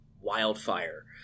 wildfire